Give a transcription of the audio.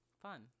Fun